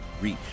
reach